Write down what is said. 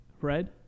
Red